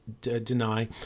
deny